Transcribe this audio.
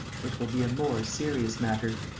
it will be a more serious matter.